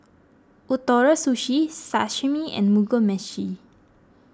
Ootoro Sushi Sashimi and Mugi Meshi